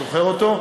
זוכר אותו?